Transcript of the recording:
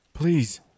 please